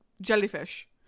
jellyfish